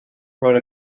wrote